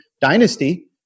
dynasty